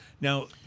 Now